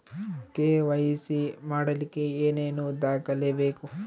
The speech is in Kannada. ಕೆ.ವೈ.ಸಿ ಮಾಡಲಿಕ್ಕೆ ಏನೇನು ದಾಖಲೆಬೇಕು?